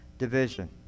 Division